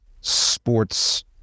sports